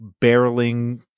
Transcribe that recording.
barreling